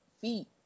feet